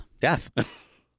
Death